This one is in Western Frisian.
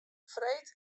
freed